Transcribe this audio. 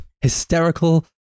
hysterical